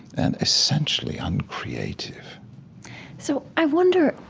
and essentially uncreative so, i wonder,